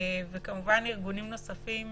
וכמובן ארגונים נוספים